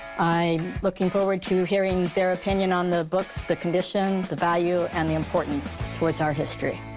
i'm looking forward to hearing their opinion on the books, the condition, the value, and the importance towards our history.